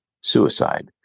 suicide